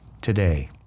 today